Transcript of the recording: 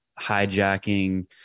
hijacking